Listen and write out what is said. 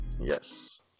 Yes